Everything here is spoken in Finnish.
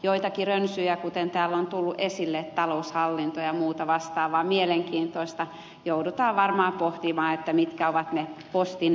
joitakin rönsyjä kuten täällä on tullut esille taloushallintoa ja muuta vastaavaa mielenkiintoista joudutaan varmaan pohtimaan mitkä ovat ne postin ydintehtävät